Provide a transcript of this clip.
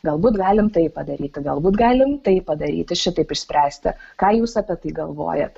galbūt galim taip padaryti galbūt galim taip padaryti šitaip išspręsti ką jūs apie tai galvojat